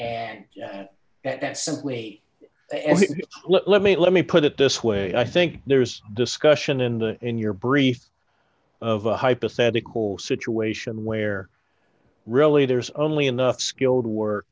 and that's simply a let me let me put it this way i think there is discussion in the in your briefs of a hypothetical situation where really there is only enough skilled work